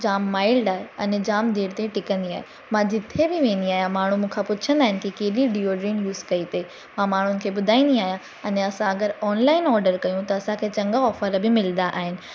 जामु माइल्ड आहे अने जामु देर ताईं टिकंदी आहे मां जिथे बि वेंदी आहियां माण्हू मूंखां पुछंदा आहिनि कि केॾी डियोड्रंट युज़ कई अथई मां माण्हुनि खे ॿुधाईंदी आहियां अने असां ऑनलाईन ऑडर कयूं था त चङा ऑफर बि मिलंदा आहिनि